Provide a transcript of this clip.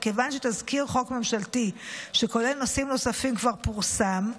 וכיוון שתזכיר חוק ממשלתי שכולל נושאים נוספים כבר פורסם,